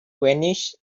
vanished